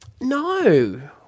No